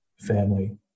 family